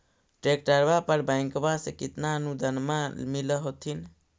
ट्रैक्टरबा पर बैंकबा से कितना अनुदन्मा मिल होत्थिन?